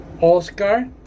Oscar